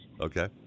Okay